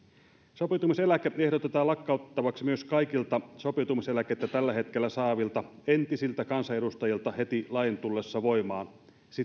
sopeutumiseläke ehdotetaan lakkautettavaksi myös kaikilta sopeutumiseläkettä tällä hetkellä saavilta entisiltä kansanedustajilta heti lain tullessa voimaan